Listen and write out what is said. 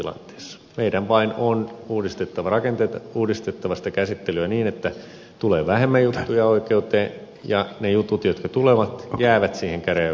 meidän vaan on uudistettava sitä käsittelyä niin että tulee vähemmän juttuja oikeuteen ja ne jutut jotka tulevat jäävät käräjäoikeusvaiheeseen